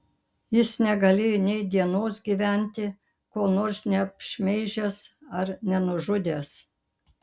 jis negalėjo nei dienos gyventi ko nors neapšmeižęs ar nenužudęs